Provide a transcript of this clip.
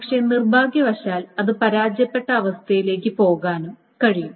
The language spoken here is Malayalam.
പക്ഷേ നിർഭാഗ്യവശാൽ അത് പരാജയപ്പെട്ട അവസ്ഥയിലേക്ക് പോകാനും കഴിയും